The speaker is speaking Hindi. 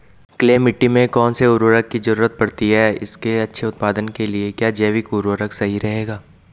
क्ले मिट्टी में कौन से उर्वरक की जरूरत पड़ती है इसके अच्छे उत्पादन के लिए क्या जैविक उर्वरक सही रहेगा?